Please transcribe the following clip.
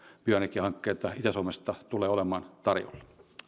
bioenergiahankkeita itä suomesta tulee olemaan tarjolla kiitos